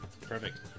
perfect